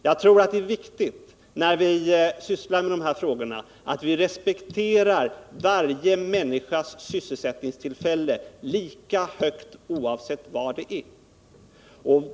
Jag tror att det är viktigt, när vi sysslar med de här frågorna, att vi respekterar varje människas sysselsättningstillfälle lika högt oavsett var det är beläget.